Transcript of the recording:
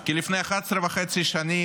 כי לפני 11 וחצי שנים,